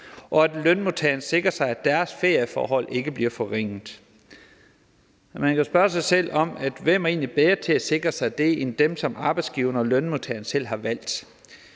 og at lønmodtagerne sikrer sig, at deres ferieforhold ikke bliver forringet. Men man kan jo spørge sig selv om, hvem der egentlig er bedre til at sikre sig det end dem, som arbejdsgiverne og lønmodtagerne selv har valgt.